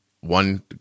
One